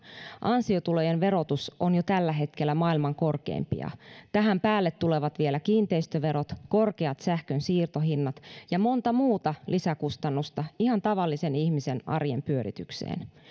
ansiotulojen verotus on jo tällä hetkellä maailman korkeimpia tähän päälle tulevat vielä kiinteistöverot korkeat sähkön siirtohinnat ja monta muuta lisäkustannusta ihan tavallisen ihmisen arjen pyöritykseen